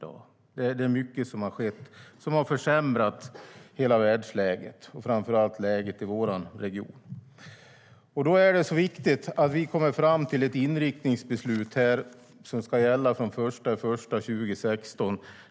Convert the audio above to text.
Det är mycket som skett och som försämrat hela världsläget, framför allt läget i vår region. Då är det viktigt att vi kommer fram till ett inriktningsbeslut, som ska gälla från den 1 januari 2016.